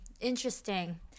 Interesting